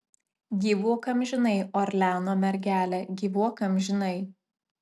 gyvuok amžinai orleano mergele gyvuok amžinai